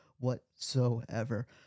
Whatsoever